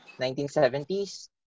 1970s